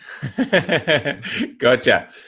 Gotcha